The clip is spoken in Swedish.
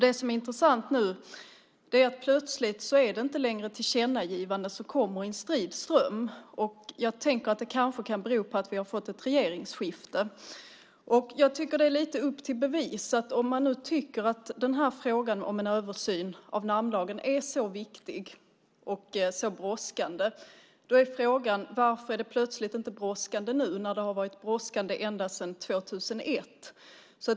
Det som är intressant att helt plötsligt är det inte längre tillkännagivanden som kommer i strid ström. Det kanske beror på att vi har fått ett regeringsskifte. Jag tycker att det nu är lite upp till bevis. Om man nu tycker att frågan om en översyn av namnlagen har varit viktig och så brådskande, varför är den inte brådskande nu när den har varit brådskande ända sedan 2001?